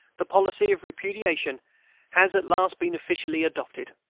the policy of repudiation has at last been officially adopted.